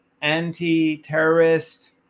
anti-terrorist